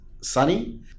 sunny